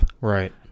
right